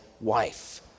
wife